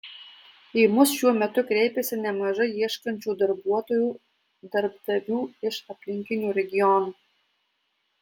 į mus šiuo metu kreipiasi nemažai ieškančių darbuotojų darbdavių iš aplinkinių regionų